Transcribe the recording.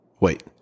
Wait